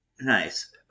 nice